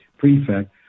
prefect